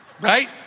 Right